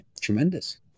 Tremendous